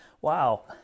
Wow